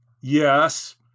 yes